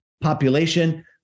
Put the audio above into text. population